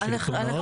לא צריך "על אף".